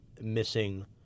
missing